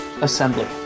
Assembly